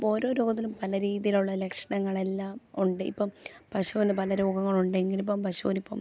ഓരോ രോഗത്തിനും പല രീതിയിലുള്ള ലക്ഷണങ്ങളെല്ലാം ഉണ്ട് ഇപ്പം പശുവിന് പല രോഗങ്ങളും ഉണ്ടെങ്കിലും ഇപ്പം പശുവിന് ഇപ്പം